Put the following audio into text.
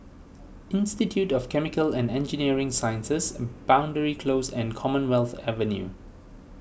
Institute of Chemical and Engineering Sciences Boundary Close and Commonwealth Avenue